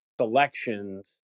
selections